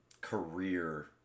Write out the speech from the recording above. Career